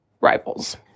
rivals